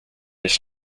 his